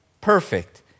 perfect